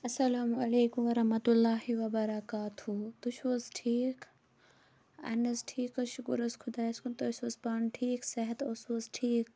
اَسَلامُ علیکُم وَرَحمَتہُ اللہِ وَ بَرَکاتہوٗ تُہۍ چھِو حٕظ ٹھیٖک اہن حظ ٹھیٖک حٕظ شُکُر حٕظ خۄدایَس کُن تُہۍ ٲسِو حٕظ پانہٕ ٹھیٖک صحت اوس وٕحٕظ ٹھیٖکھ